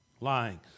lying